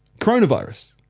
Coronavirus